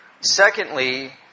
Secondly